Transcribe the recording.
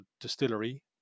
distillery